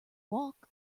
walk